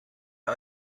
ihr